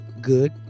good